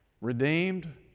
redeemed